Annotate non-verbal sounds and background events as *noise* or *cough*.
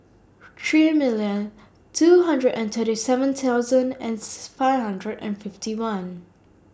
three million two hundred and thirty seven thousand and *unintelligible* five hundred and fifty one